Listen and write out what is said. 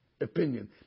opinion